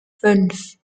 fünf